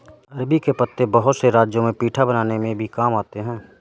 अरबी के पत्ते बहुत से राज्यों में पीठा बनाने में भी काम आते हैं